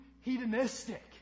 hedonistic